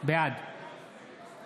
בעד